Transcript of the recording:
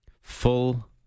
full